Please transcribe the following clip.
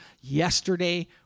yesterday